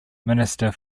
minister